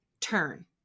turn